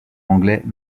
anglais